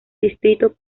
distrito